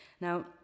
Now